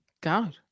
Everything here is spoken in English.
God